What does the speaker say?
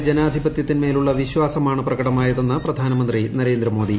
ജനങ്ങളുടെ ജനാധിപത്യത്തിന്മേലുള്ള വിശ്വാസമാണ് പ്രകടമായതെന്ന് പ്രധാനമന്ത്രി നരേന്ദ്രമോദി